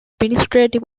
administrative